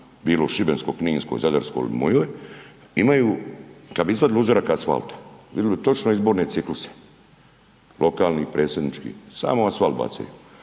bilo Šibensko-kninskoj, Zadarskoj ili mojoj, imaju, kad bi izvadili uzorak asfalta, vidli bi točno izborne cikluse, lokalnih, predsjedničkih, samo asfalt bacaju.